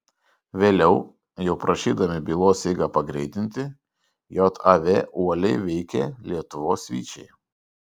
vėliau jau prašydami bylos eigą pagreitinti jav uoliai veikė lietuvos vyčiai